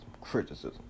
Criticism